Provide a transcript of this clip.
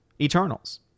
Eternals